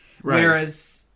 Whereas